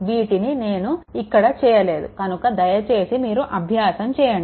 వీటిని నేను ఇక్కడ చేయలేదు కనుక దయచేసి మీరు అభ్యాసం చేయండి